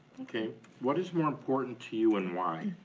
what is more important to you and why?